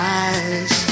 eyes